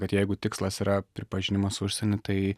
kad jeigu tikslas yra pripažinimas užsieny tai